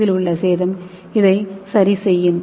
ஏவில் உள்ள சேதம் இதை சரிசெய்யும்